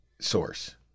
source